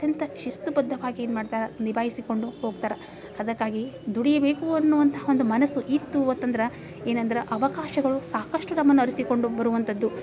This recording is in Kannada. ಅತ್ಯಂತ ಶಿಸ್ತು ಬದ್ಧವಾಗಿ ಏನು ಮಾಡ್ತಾರೆ ನಿಭಾಯಿಸಿಕೊಂಡು ಹೋಗ್ತಾರೆ ಅದಕ್ಕಾಗಿ ದುಡಿಬೇಕು ಅನ್ನುವಂತಹ ಒಂದು ಮನಸ್ಸು ಇತ್ತು ಅಂತಂದ್ರ ಏನಂದ್ರೆ ಅವಕಾಶಗಳು ಸಾಕಷ್ಟು ನಮ್ಮನ್ನ ಅರಸಿಕೊಂಡು ಬರುವಂಥದ್ದು